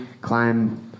climb